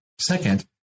Second